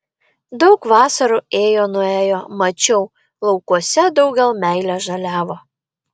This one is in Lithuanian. daug vasarų ėjo nuėjo mačiau laukuose daugel meilės žaliavo